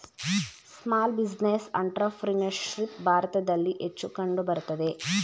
small business entrepreneurship ಭಾರತದಲ್ಲಿ ಹೆಚ್ಚು ಕಂಡುಬರುತ್ತದೆ